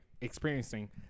experiencing